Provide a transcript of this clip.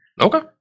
Okay